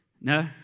No